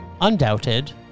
undoubted